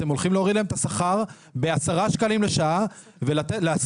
אתם הולכים להוריד להם את השכר ב-10 שקלים לשעה ולהחליף